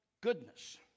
goodness